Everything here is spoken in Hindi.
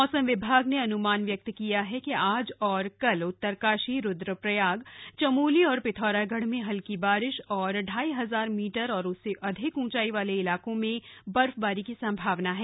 मौसम विभाग ने अन्मान व्यक्त किया है कि आज और कल उत्तरकाशी रूद्रप्रयाग चमोली और पिथौरागढ़ में हल्की बारिश और ढाई हजार मीटर और उससे अधिक की ऊंचाई वाले इलाकों में बर्फबारी हो सकती है